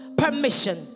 permission